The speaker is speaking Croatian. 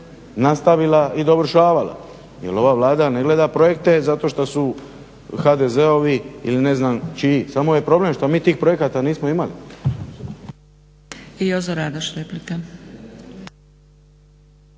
nastavila i dovršavala jer ova Vlada ne gleda projekte zato što su HDZ-ovi ili ne znam čiji, samo je problem što mi tih projekata nismo imali.